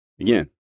Again